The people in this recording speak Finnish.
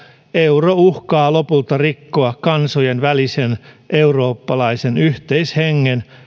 euro uhkaa lopulta rikkoa kansojen välisen eurooppalaisen yhteishengen